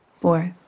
fourth